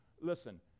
Listen